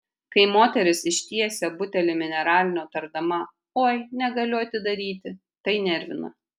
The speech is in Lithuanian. kai moteris ištiesia butelį mineralinio tardama oi negaliu atidaryti tai nervina